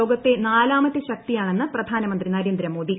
ലോകത്തെ നാലാമത്തെ ശക്തിയാണെന്ന് പ്രധാനമന്ത്രി നരേന്ദ്രമോദി